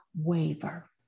waver